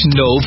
no